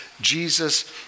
Jesus